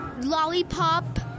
lollipop